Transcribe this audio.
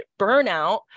burnout